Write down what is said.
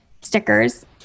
stickers